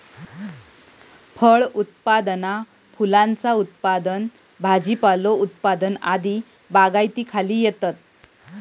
फळ उत्पादना फुलांचा उत्पादन भाजीपालो उत्पादन आदी बागायतीखाली येतत